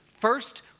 First